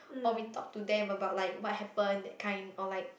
or we talk to them about like what happen that kind or like